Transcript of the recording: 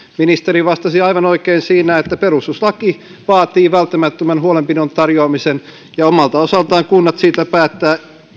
ministeri vastasi aivan oikein siinä että perustuslaki vaatii välttämättömän huolenpidon tarjoamisen ja omalta osaltaan kunnat siitä päättävät